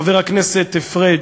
חבר הכנסת פריג',